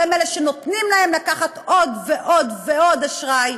והם שנותנים להם לקחת עוד ועוד ועוד אשראי,